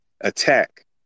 attack